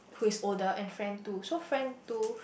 who is older and friend two so friend two